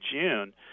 June